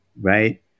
right